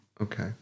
Okay